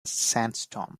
sandstorm